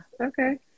Okay